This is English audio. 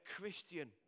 Christian